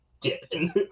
dipping